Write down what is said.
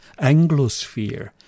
Anglosphere